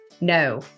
No